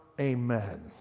Amen